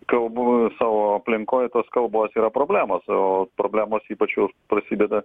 kalbų savo aplinkoj tos kalbos yra problemos o problemos ypač jos prasideda